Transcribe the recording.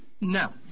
No